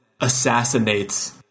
assassinates